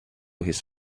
his